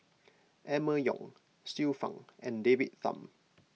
Emma Yong Xiu Fang and David Tham